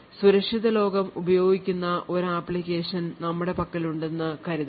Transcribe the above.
സുരക്ഷിത ലോകം ഉപയോഗിക്കുന്ന ഒരു ആപ്ലിക്കേഷൻ നമ്മുടെ പക്കലുണ്ടെന്ന് കരുതുക